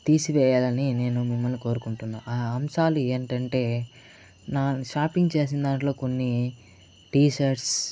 తీసివేయాలని నేను మిమ్మల్ని కోరుకుంటున్నాను ఆ అంశాలు ఏంటంటే నా షాపింగ్ చేసిన దాంట్లో కొన్ని టీషర్ట్స్